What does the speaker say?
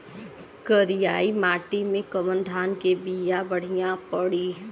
करियाई माटी मे कवन धान के बिया बढ़ियां पड़ी?